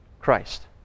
Christ